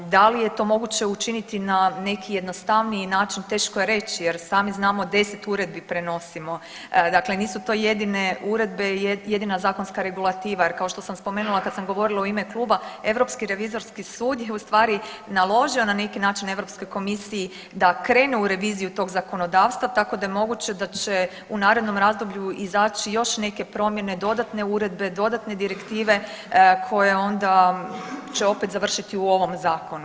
Da li je to moguće učiniti na neki jednostavniji način teško je reći jer sami znamo 10 uredbi prenosimo, dakle nisu to jedine uredbe i jedina zakonska regulativa jer kao što sam spomenula kad sam govorila u ime kluba Europski revizorski sud je u stvari naložio na neki način Europskoj komisiji da krene u reviziju tog zakonodavstva tako da je moguće da će u narednom razdoblju izaći još neke promjene, dodatne uredbe, dodatne direktive koje onda će opet završiti u ovom zakonu.